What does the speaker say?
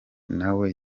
nawe